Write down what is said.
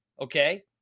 okay